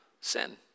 sin